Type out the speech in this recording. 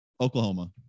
Oklahoma